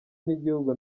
n’igihugu